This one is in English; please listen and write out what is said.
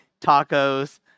tacos